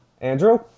Andrew